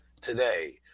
today